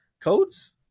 codes